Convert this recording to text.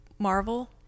Marvel